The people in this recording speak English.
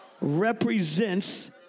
represents